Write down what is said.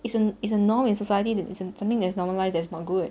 it's a it's a norm in society that isn't something as normal life that's not good